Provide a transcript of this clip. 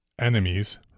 enemies